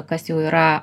kas jau yra